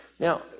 Now